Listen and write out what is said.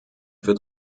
wird